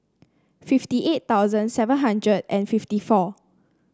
fifty eight thousand seven hundred and fifty four